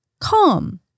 Calm